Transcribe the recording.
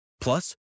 Plus